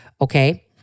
Okay